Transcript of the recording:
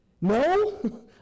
no